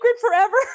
forever